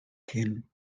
kinnen